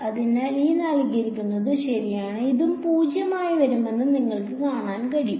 അതിനാൽ ശരിയാണ് ഇതും 0 ആയി വരുമെന്ന് നിങ്ങൾക്ക് കാണാൻ കഴിയും